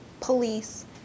police